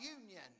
union